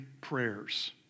prayers